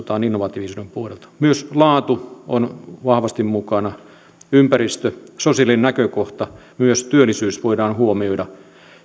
ja katsotaan innovatiivisuuden puolelta myös laatu on vahvasti mukana ympäristö sosiaalinen näkökohta myös työllisyys voidaan huomioida